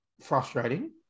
frustrating